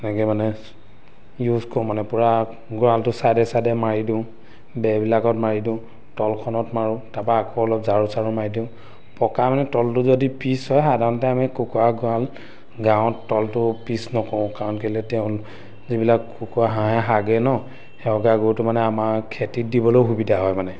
এনেকৈ মানে ইউজ কৰোঁ মানে পূৰা গড়ালটো চাইডে চাইডে মাৰি দিওঁ বেৰবিলাকত মাৰি দিওঁ তলখনত মাৰোঁ তাৰপৰা আকৌ অলপ ঝাৰু চাৰু মাৰি দিওঁ পকা মানে তলটো যদি পিচ হয় সাধাৰণতে আমি কুকুৰা গড়াল গাঁৱত তলটো পিচ নকৰোঁ কাৰণ কেলেই তেওঁ যিবিলাক কুকুৰা হাঁহে হাগে ন সেই হগা গুটো মানে আমাৰ খেতিত দিবলৈয়ো সুবিধা হয় মানে